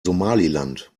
somaliland